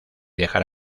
dejar